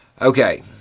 Okay